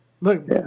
look